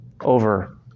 over